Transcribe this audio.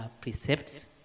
precepts